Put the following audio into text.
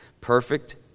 Perfect